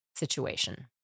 situation